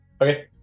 Okay